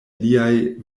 liaj